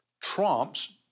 trumps